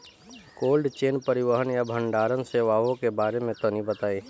Cold chain परिवहन या भंडारण सेवाओं के बारे में तनी बताई?